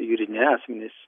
juridiniai asmenys